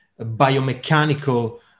biomechanical